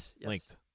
linked